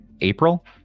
april